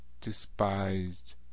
despised